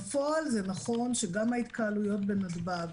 בפועל זה נכון שגם ההתקהלויות בנתב"ג